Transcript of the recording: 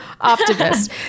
optimist